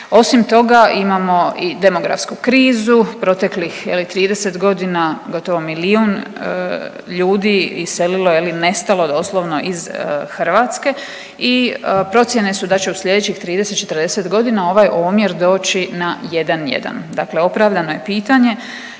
Osim toga imamo i demografsku krizu. Proteklih je li 30 godina gotovo milijun ljudi iselilo je li nestalo doslovno iz Hrvatske i procjene su da će u slijedećih 30-40 godina ovaj omjer doći na 1:1. Dakle, opravdano je pitanje